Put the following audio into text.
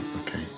okay